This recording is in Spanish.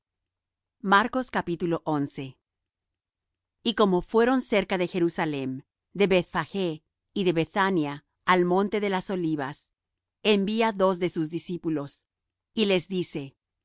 y como fueron cerca de jerusalem de bethphagé y de bethania al monte de las olivas envía dos de sus discípulos y les dice